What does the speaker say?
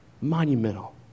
monumental